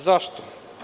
Zašto?